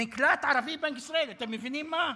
נקלט ערבי בבנק ישראל, אתה מבינים מה?